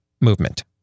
movement